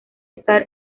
estar